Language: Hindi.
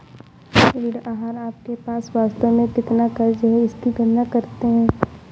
ऋण आहार आपके पास वास्तव में कितना क़र्ज़ है इसकी गणना करते है